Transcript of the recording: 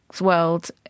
world